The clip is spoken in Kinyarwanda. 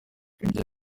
ibyo